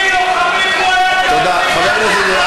הוא הוביל לוחמים, הוא היה,